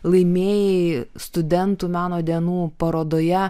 laimėjai studentų meno dienų parodoje